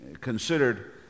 considered